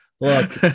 look